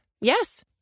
Yes